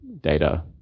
data